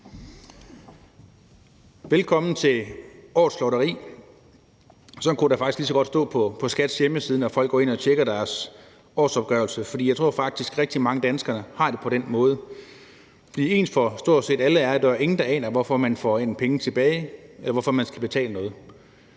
Velkommen til årets lotteri: Sådan kunne der faktisk lige så godt stå på skattevæsenets hjemmeside, når folk går ind og tjekker deres årsopgørelse. For jeg tror faktisk, at rigtig mange danskere har det på den måde. For ens for stort set alle er, at ingen aner, hvorfor man får penge tilbage, eller hvorfor man skal betale noget.